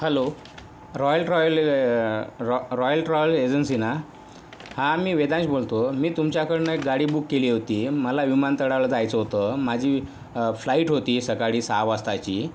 hello royal ट्रॉयल रॉ royal travel एजन्सीना हां मी वेधांश बोलतो मी तुमच्याकडून एक गाडी बूक केली होती मला विमानतळाला जायचं होतं माझी फ्लाइट होती सकाळी सहा वाजताची